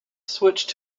switched